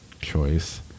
choice